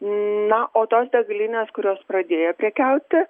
na o tos degalinės kurios pradėjo prekiauti